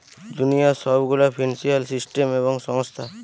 দুনিয়ার সব গুলা ফিন্সিয়াল সিস্টেম এবং সংস্থা